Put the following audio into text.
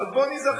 אז בוא ניזכר,